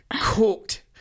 Cooked